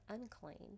unclean